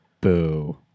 Boo